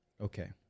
okay